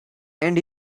and